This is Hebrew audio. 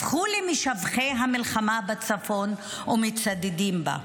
הפכו למשבחי המלחמה בצפון ומצדדים בה.